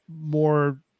more